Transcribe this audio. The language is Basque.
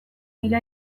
nire